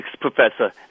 professor